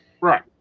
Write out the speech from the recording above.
Right